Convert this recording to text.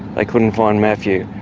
they couldn't find matthew.